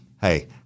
Hey